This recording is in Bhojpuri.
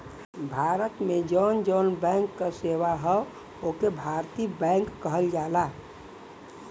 भारत में जौन जौन बैंक क सेवा हौ ओके भारतीय बैंक कहल जाला